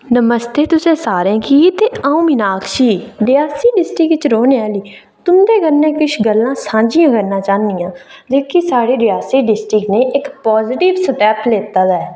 नमस्ते तुसें सारें गी ते अ'ऊं मीनाक्षी रियासी डिस्टक च रौह्ने आह्ली तुं'दे कन्नै किश गल्लां साझियां करना चाह्न्नी आं जेह्का साढ़ी रियासी डिस्टक ने पॉजटिव स्टैप लैते दे न